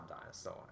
dinosaur